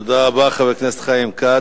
תודה רבה, חבר הכנסת חיים כץ.